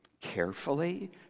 Carefully